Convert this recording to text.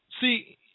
See